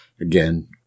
Again